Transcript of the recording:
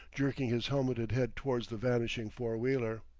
jerking his helmeted head towards the vanishing four-wheeler.